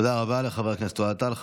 תודה רבה לחבר הכנסת אוהד טל.